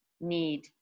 need